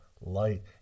light